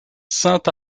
saint